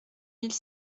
mille